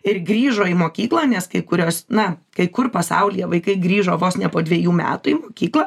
ir grįžo į mokyklą nes kai kurios na kai kur pasaulyje vaikai grįžo vos ne po dvejų metų į mokyklą